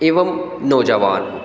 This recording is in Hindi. एवं नौजवान हो